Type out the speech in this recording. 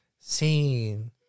seen